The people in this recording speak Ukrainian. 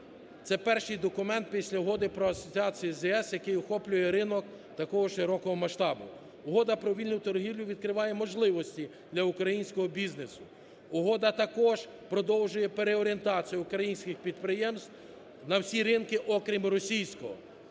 це перший документ після Угоди про асоціацію з ЄС, який охоплює ринок такого широкого масштабу. Угода про вільну торгівлю відкриває можливості для українського бізнесу. Угода також продовжує переорієнтацію українських підприємств на всі ринки, окрім російського.